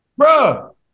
Bruh